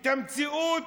את המציאות